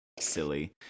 silly